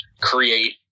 create